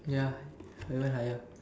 ya even higher